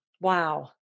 Wow